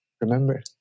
Remember